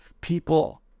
people